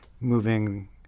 moving